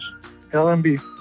LMB